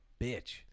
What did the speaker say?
bitch